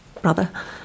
brother